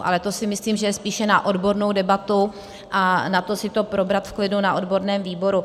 Ale to si myslím, že je spíše na odbornou debatu a na to si to probrat v klidu na odborném výboru.